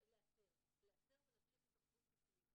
לאתר ולהמשיך התערבות טיפולית.